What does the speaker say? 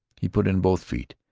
he put in both feet,